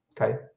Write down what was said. okay